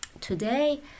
Today